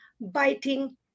biting